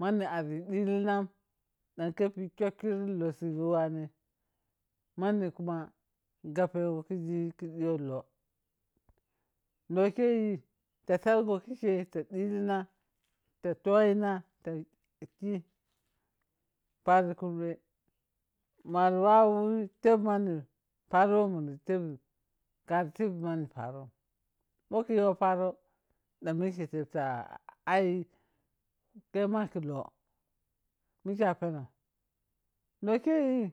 mani ari dilinam da kes khakri lohsigo wane manu kuma gab khisi ka diwo loh, loh keyi ta tadso kikeyi ba dilina ta toyina ta ki pari karbe mari wawi terb mani paro wo munda terbin kari teb mani parom boh ku yo paro da mike febta ai khe ma khi loh mike a penan loh kheyi.